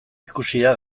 ikusia